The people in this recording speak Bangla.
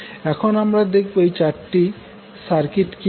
এখন আমরা দেখব এই চারটি সার্কিট কি কি